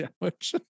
sandwich